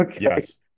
yes